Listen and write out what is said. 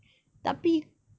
tapi